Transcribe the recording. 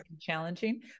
challenging